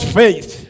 faith